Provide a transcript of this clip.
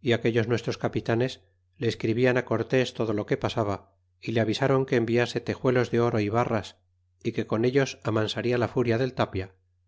y aquellos nuestros capitanes le escribian cortes todo lo que pasaba y le avisron que enviase tejuelos de oro y barras fi que con ellos amansaría la furia del tapia